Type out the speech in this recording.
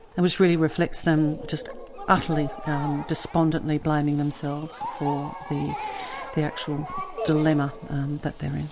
and which really reflects them just utterly despondently blaming themselves for the actual dilemma that they're